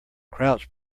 crouch